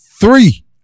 three